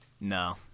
no